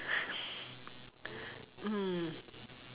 mm